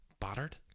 battered